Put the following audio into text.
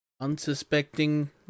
unsuspecting